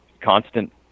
constant